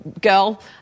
girl